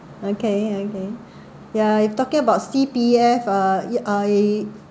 okay okay ya if talking about C_P_F uh I